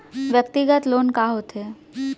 व्यक्तिगत लोन का होथे?